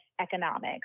economics